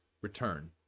return